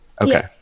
Okay